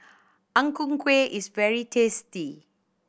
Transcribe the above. Ang Ku Kueh is very tasty